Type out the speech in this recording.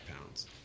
pounds